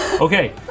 Okay